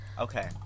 Okay